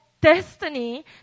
destiny